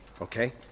okay